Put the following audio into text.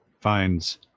finds